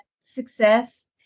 success